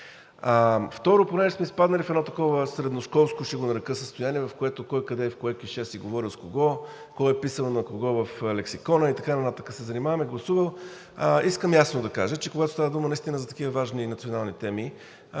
Второто, тъй като сме изпаднали в едно такова средношколско, ще го нарека, състояние, в което кой, къде, в кое кьоше си говорил и с кого, кой е писал на кого в лексикона и така нататък се занимаваме, гласувал, искам ясно да кажа, че когато става дума наистина за такива важни национални теми,